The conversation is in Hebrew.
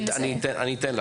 אני אתן לך.